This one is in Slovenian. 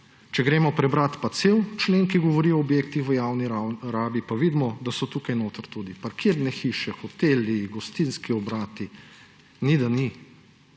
če preberemo pa cel člen, ki govori o objektih v javni rabi, pa vidimo, da so tukaj notri tudi parkirne hiše, hoteli gostinski obrati, ni da ni